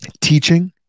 teaching